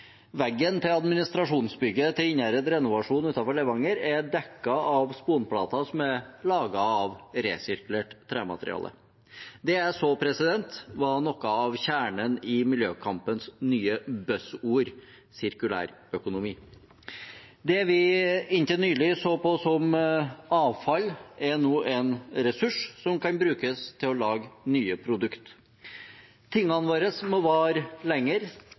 Veggen til administrasjonsbygget til Innherred Renovasjon utenfor Levanger er dekket av sponplater som er laget av resirkulert tremateriale. Det jeg så, var noe av kjernen i miljøkampens nye «buzzord»: sirkulærøkonomi. Det vi inntil nylig så på som avfall, er nå en ressurs som kan brukes til å lage nye produkter. Tingene våre må vare lenger,